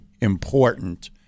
important